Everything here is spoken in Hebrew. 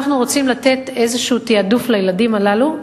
אנחנו רוצים לתת איזה תעדוף לילדים הללו,